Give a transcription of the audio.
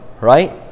right